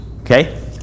Okay